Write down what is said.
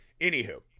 Anywho